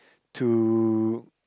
to